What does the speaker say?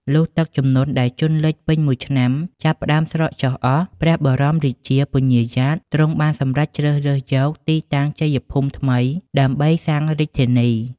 លុះទឹកជំនន់ដែលជន់លេចពេញមួយឆ្នាំ ចាប់ផ្ដើមស្រកចុះអស់ ព្រះបរមរាជា ពញ្ញាយ៉ាត ទ្រង់បានសម្រេចជ្រើសយក ទីតាំងជ័យភូមិថ្មីដើម្បីសាងរាជធានី។